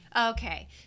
Okay